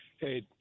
Hey